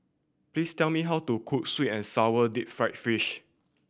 please tell me how to cook sweet and sour deep fried fish